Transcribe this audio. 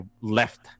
left